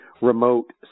remote